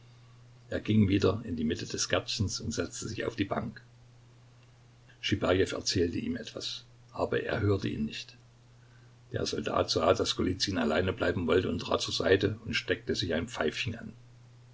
er ging wieder in die mitte des gärtchens und setzte sich auf die bank schibajew erzählte ihm etwas aber er hörte ihn nicht der soldat sah daß golizyn allein bleiben wollte trat zur seite und steckte sich sein pfeifchen an